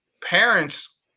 parents